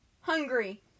Hungry